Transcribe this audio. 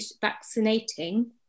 vaccinating